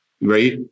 right